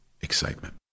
excitement